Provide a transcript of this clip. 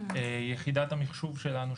יחידת המיחשוב שלנו,